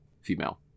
female